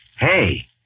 Hey